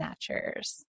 snatchers